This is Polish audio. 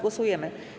Głosujemy.